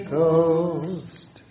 Ghost